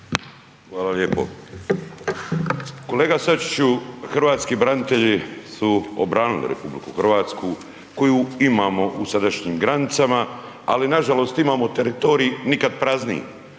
Hvala lijepo. Kolega Sačiću, hrvatski branitelji su obranili RH koju imamo u sadašnjim granicama ali nažalost imamo teritorij nikad prazniji.